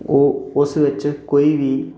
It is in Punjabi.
ਉਹ ਉਸ ਵਿੱਚ ਕੋਈ ਵੀ